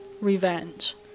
Revenge